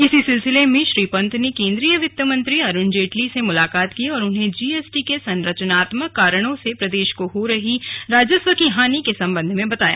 इसी सिलसिले में श्री पंत ने केंद्रीय वित्त मंत्री अरुण जेटली से मुलाकात की और उन्हें जीएसटी के संरचनात्मक कारणों से प्रदेश को हो रही राजस्व की हानि के संबंध में बताया